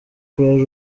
croix